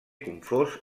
confós